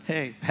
Hey